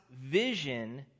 vision